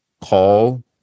call